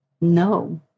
No